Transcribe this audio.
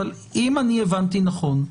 אבל אם אני הבנתי נכון,